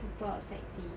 people outside seh